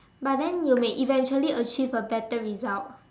but then you may eventually achieve a better result